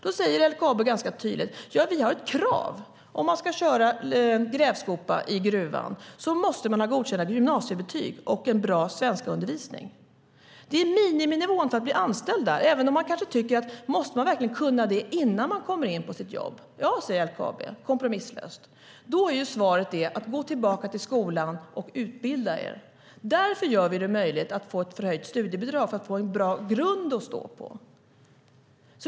Då säger LKAB ganska tydligt: Vi har ett krav att den som ska köra grävskopa i gruvan måste ha godkända gymnasiebetyg och bra kunskaper i svenska. Det är miniminivån för att bli anställd där, även om man kanske tycker: Måste man verkligen kunna det innan man kommer in på ett jobb? Ja, säger LKAB kompromisslöst. Då är svaret: Gå tillbaka till skolan och utbilda er! Därför ger vi möjlighet till ett förhöjt studiebidrag för att man ska få en bra grund att stå på.